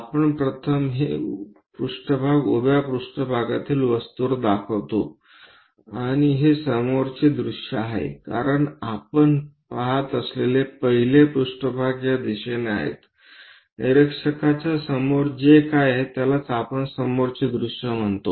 आपण प्रथम हे पृष्ठभाग उभ्या पृष्ठभागातील वस्तूवर दाखवितो आणि हे समोरचे दृष्य आहे कारण आपण पहात असलेले पहिले पृष्ठभाग या दिशेने आहे निरीक्षकाच्या समोर जे काही आहे त्यालाच आपण समोरचे दृश्य म्हणतो